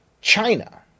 China